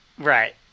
Right